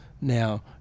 Now